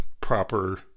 proper